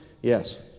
Yes